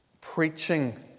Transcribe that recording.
Preaching